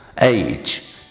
age